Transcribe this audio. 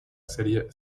serie